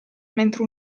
mentre